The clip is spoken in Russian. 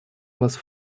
вас